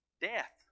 Death